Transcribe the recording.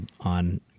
on